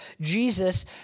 Jesus